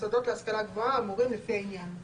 במוסדות להשכלה גבוהה, האמורים, לפי העניין,